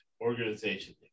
organization